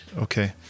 Okay